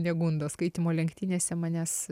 negundo skaitymo lenktynėse manęs